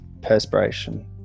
perspiration